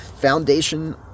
Foundation